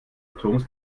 atoms